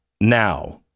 now